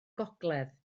gogledd